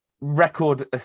Record